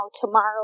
tomorrow